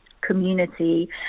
community